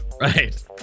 Right